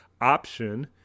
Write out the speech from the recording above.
option